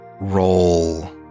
roll